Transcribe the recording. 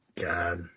God